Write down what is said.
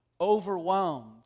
overwhelmed